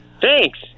Thanks